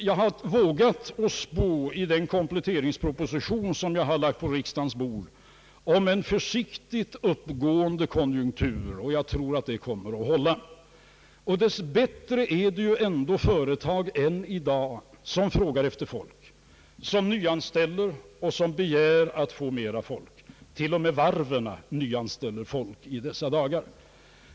Jag har vågat att spå i den kompletteringsproposition, som jag har lagt på riksdagens bord, om en försiktigt uppgående konjunktur, och jag tror att det kommer att hålla. Dessbättre finns det ju företag än i dag, som frågar efter folk, som nyanställer och som begär att få mera folk. Till och med varven nyanställer folk i dessa dagar.